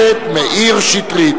קופות-החולים),